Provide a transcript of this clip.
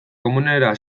komunera